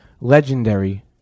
legendary